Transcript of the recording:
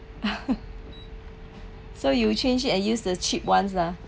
so you change it and use the cheap ones lah